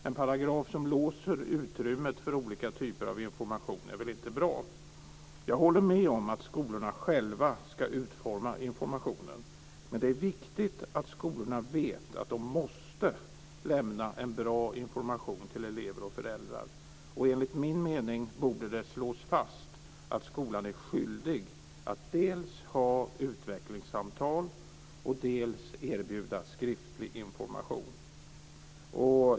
En paragraf som låser utrymmet för olika typer av information är väl inte bra. Jag håller med om att skolorna själva ska utforma informationen, men det är viktigt att skolorna vet att de måste lämna en bra information till elever och föräldrar. Enligt min mening borde det slås fast att skolan är skyldig att dels ha utvecklingssamtal, dels erbjuda skriftlig information.